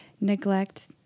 neglect